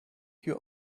your